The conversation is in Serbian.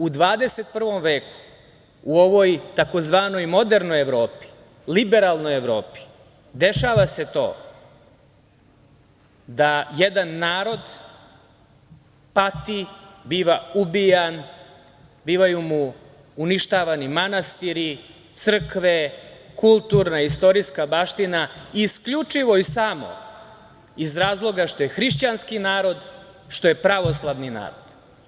U 21. veku, u ovoj tzv. modernoj, liberalnoj Evropi, dešava se to da jedan narod pati, biva ubijan, bivaju mu uništavani manastiri, crkve, kulturna i istorijska baština, isključivo i samo iz razloga što je hrišćanski narod, što je pravoslavni narod.